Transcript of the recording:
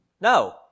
No